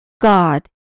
God